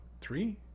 Three